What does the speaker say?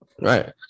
Right